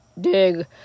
dig